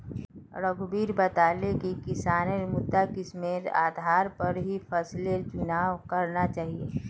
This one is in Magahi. रघुवीर बताले कि किसानक मृदा किस्मेर आधार पर ही फसलेर चुनाव करना चाहिए